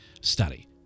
study